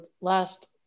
last